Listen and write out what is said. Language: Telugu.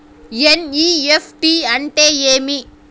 ఎన్.ఇ.ఎఫ్.టి అంటే ఏమి